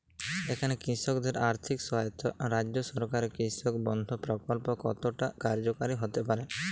এখানে কৃষকদের আর্থিক সহায়তায় রাজ্য সরকারের কৃষক বন্ধু প্রক্ল্প কতটা কার্যকরী হতে পারে?